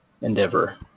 endeavor